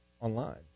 online